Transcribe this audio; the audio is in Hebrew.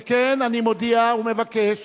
שכן אני מודיע ומבקש